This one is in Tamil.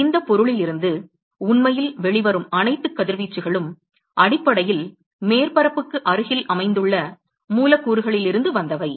எனவே இந்த பொருளிலிருந்து உண்மையில் வெளிவரும் அனைத்து கதிர்வீச்சுகளும் அடிப்படையில் மேற்பரப்புக்கு அருகில் அமைந்துள்ள மூலக்கூறுகளிலிருந்து வந்தவை